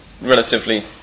relatively